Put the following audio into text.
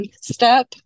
step